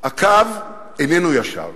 הקו איננו ישר,